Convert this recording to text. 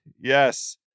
Yes